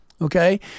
okay